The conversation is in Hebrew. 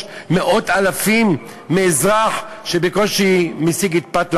מאות-אלפים מאזרח שבקושי משיג את פת לחמו.